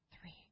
three